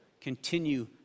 Continue